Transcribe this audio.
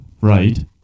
right